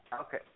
Okay